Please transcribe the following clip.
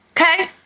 Okay